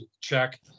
check